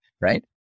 right